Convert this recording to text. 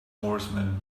horsemen